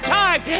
time